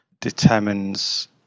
determines